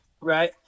Right